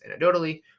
anecdotally